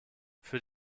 für